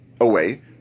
away